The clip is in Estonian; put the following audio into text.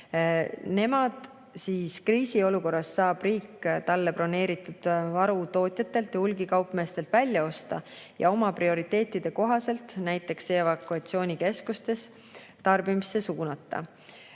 hoida. Kriisiolukorras saab riik talle broneeritud varu tootjatelt ja hulgikaupmeestelt välja osta ja oma prioriteetide kohaselt näiteks evakuatsioonikeskustes tarbimisse suunata.